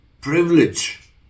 privilege